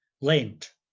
lent